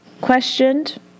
questioned